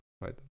Right